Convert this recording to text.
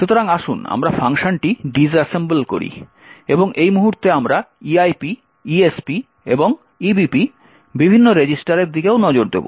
সুতরাং আসুন আমরা ফাংশনটি ডিস অ্যাসেম্বল করি এবং এই মুহুর্তে আমরা EIP ESP এবং EBP বিভিন্ন রেজিস্টারের দিকেও নজর দেব